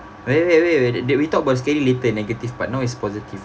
wait wait wait that we talk about scary later negative part now it's positive